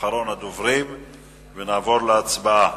אחרון הדוברים ונעבור להצבעה.